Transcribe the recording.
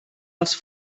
els